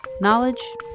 knowledge